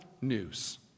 news